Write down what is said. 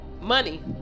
money